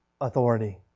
authority